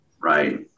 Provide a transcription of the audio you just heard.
right